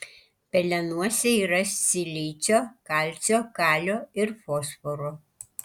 pelenuose yra silicio kalcio kalio ir fosforo